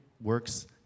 works